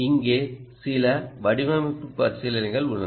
இங்கே சில வடிவமைப்பு பரிசீலனைகள் உள்ளன